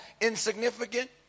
insignificant